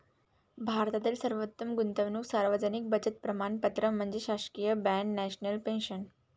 भारतातील सर्वोत्तम गुंतवणूक सार्वजनिक बचत प्रमाणपत्र म्हणजे शासकीय बाँड नॅशनल पेन्शन